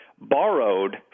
borrowed